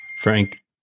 Frank